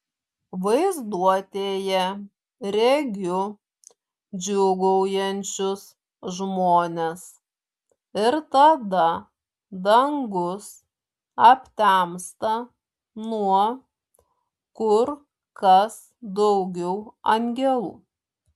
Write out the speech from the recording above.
vaizduotėje regiu džiūgaujančius žmones ir tada dangus aptemsta nuo kur kas daugiau angelų